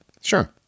sure